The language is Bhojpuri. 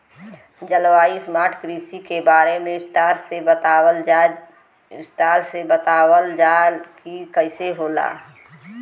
जलवायु स्मार्ट कृषि के बारे में विस्तार से बतावल जाकि कइसे होला?